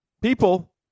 people